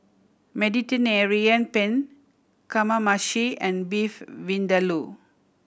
Mediterranean Penne Kamameshi and Beef Vindaloo